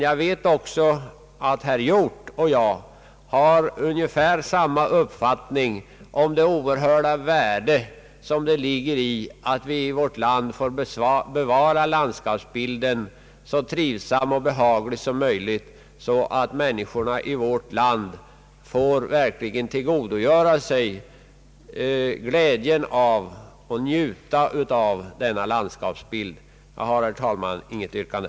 Jag vet att herr Hjorth och jag har ungefär samma uppfattning om hur värdefullt det är att vi i görligaste mån söker bevara landskapsbilden och göra det så trivsamt och behagligt som möjligt för de människor som vill söka sig ut i naturen för att där kunna glädjas och njuta av det vackra landskapet. Jag har, herr talman, inget yrkande.